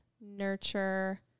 nurture